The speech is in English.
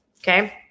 Okay